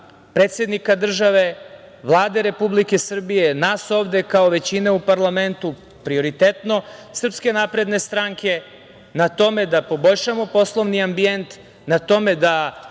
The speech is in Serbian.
predsednika države, Vlade Republike Srbije, nas ovde kao većina u parlamentu, prioritetno SNS, na tome da poboljšamo poslovni ambijent, na tome da